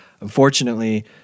unfortunately